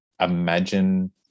imagine